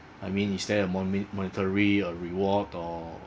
I mean is there a mone~ monetary reward or